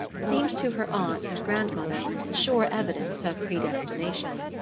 seemed to her aunts and grandmother sure evidence of predestination.